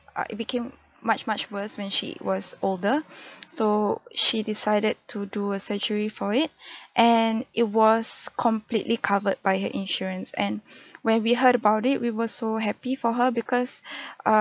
uh it became much much worse when she was older so she decided to do a surgery for it and it was completely covered by her insurance and when we heard about it we were so happy for her because err